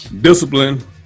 discipline